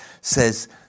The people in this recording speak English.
says